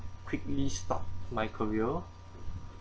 quickly start my career